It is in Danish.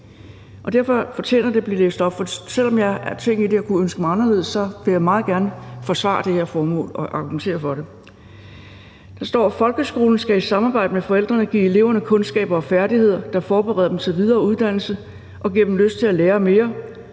derfor fortjener det at blive læst op, for selv om der er ting i det, jeg kunne ønske mig anderledes, så vil jeg meget gerne forsvare det her formål og argumentere for det. Der står: »Folkeskolen skal i samarbejde med forældrene give eleverne kundskaber og færdigheder, der: forbereder dem til videre uddannelse og giver dem lyst til at lære mere,